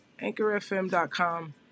anchorfm.com